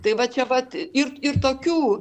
tai va čia vat ir ir tokių